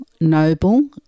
Noble